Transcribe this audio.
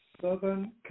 Southern